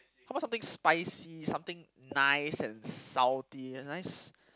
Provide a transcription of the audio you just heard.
how about something spicy something nice and salty a nice